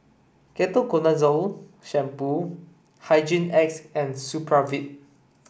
Ketoconazole Shampoo Hygin X and Supravit